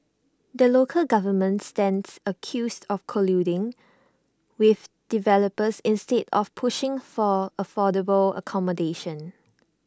the local government stands accused of colluding with developers instead of pushing for affordable accommodation